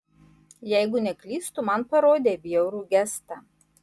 jeigu neklystu man parodei bjaurų gestą